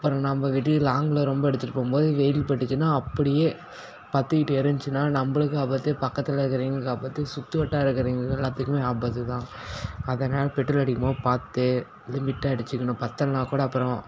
அப்புறம் நம்ம லாங்கில் ரொம்ப அடித்துட்டுப் போகும்போது வெயில் பட்டுச்சுன்னால் அப்படியே பற்றிட்டு எரிஞ்சுச்சுன்னா நம்மளுக்கும் ஆபத்து பக்கத்தில் இருக்கறவங்களுக்கும் ஆபத்து சுற்று வட்டார இருக்கறவங்களுக்கும் எல்லாத்துக்குமே ஆபத்து தான் அதனால் பெட்ரோல் அடிக்கும் போது பார்த்து லிமிட்டாக அடித்துக்கணும் பற்றலன்னா கூட அப்புறம்